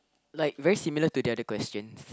like very similar to the other questions